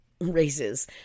raises